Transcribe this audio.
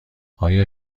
آیا